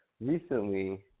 recently